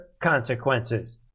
consequences